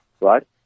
right